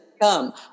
come